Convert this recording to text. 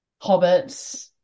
Hobbits